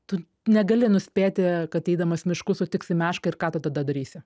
tu negali nuspėti kad eidamas mišku sutiksi mešką ir ką tu tada darysi